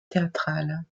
théâtrale